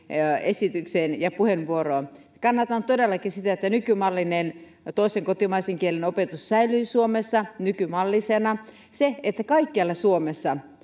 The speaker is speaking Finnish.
esitykseen ja puheenvuoroon kannatan todellakin sitä että nykymallinen toisen kotimaisen kielen opetus säilyy suomessa nykymallisena kaikkialla suomessa